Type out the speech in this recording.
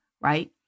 right